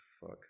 fuck